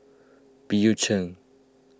Bill Chen